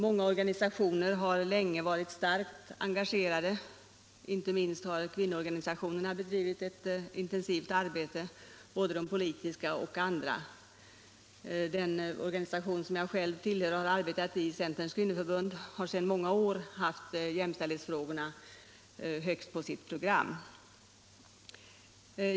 Många organisationer har länge varit starkt engagerade. Inte minst kvinnoorganisationerna, både politiska och andra, har bedrivit ett intensivt arbete. Den organisation som jag själv tillhör, Centerns kvinnoförbund, har sedan många år tillbaka jämställdhetsfrågorna högt på sitt program.